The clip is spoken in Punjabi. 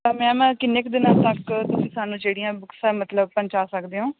ਤਾਂ ਮੈਮ ਕਿੰਨੇ ਕੁ ਦਿਨਾਂ ਤੱਕ ਤੁਸੀਂ ਸਾਨੂੰ ਜਿਹੜੀਆਂ ਬੁੱਕਸ ਆ ਮਤਲਬ ਪਹੁੰਚਾ ਸਕਦੇ ਹੋ